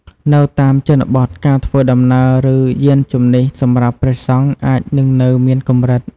នៅតាមជនបទការធ្វើដំណើរ ឬ យានជំនិះសម្រាប់ព្រះសង្ឃអាចនឹងនៅមានកម្រិត។